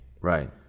Right